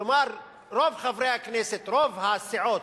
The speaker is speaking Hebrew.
כלומר, רוב חברי הכנסת, רוב הסיעות,